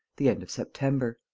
the end of september.